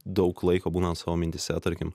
daug laiko būnant savo mintyse tarkim